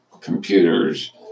computers